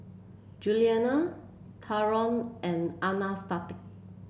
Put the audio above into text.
Juliana Tyron and Anastacio